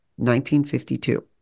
1952